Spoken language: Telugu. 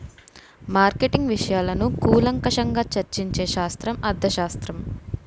మార్కెటింగ్ విషయాలను కూలంకషంగా చర్చించే శాస్త్రం అర్థశాస్త్రం